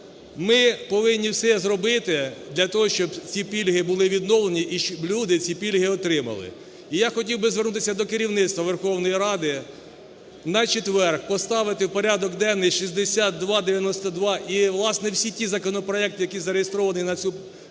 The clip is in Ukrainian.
ми повинні все зробити для того, щоб ці пільги були відновлені, і щоб люди ці пільги отримали. І я хотів би звернутися до керівництва Верховної Ради: на четвер поставити в порядок денний 6292 і, власне, всі ті законопроекти, які зареєстровані на цю